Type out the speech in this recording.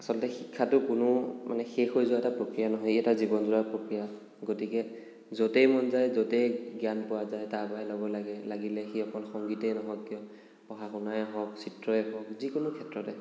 আচলতে শিক্ষাটো কোনো মানে শেষ হৈ যোৱা এটা প্ৰক্ৰিয়া নহয় ই এটা জীৱনজোৰা প্ৰক্ৰিয়া গতিকে য'তেই মন যায় য'তেই জ্ঞান পোৱা যায় তাৰ পৰাই ল'ব লাগে লাগিলে সি অকল সংগীতে নহওঁক কিয় পঢ়া শুনাই হওক চিত্ৰই হওক যিকোনো ক্ষেত্ৰতে